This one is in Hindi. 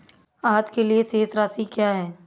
आज के लिए शेष राशि क्या है?